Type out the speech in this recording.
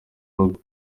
rugo